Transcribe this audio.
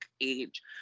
age